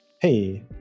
hey